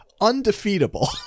undefeatable